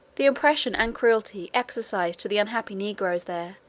the oppression and cruelty exercised to the unhappy negroes there,